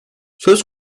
söz